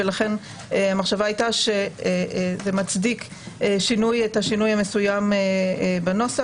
ולכן המחשבה הייתה שזה מצדיק את השינוי המסוים בנוסח.